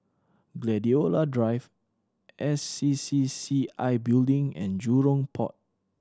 Gladiola Drive S C C C I Building and Jurong Port